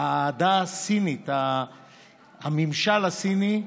האהדה הסינית, של הממשל הסיני.